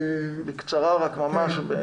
בקצרה רק, ממש במשפט.